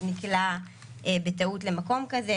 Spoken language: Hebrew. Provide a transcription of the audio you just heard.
שנקלע בטעות למקום כזה,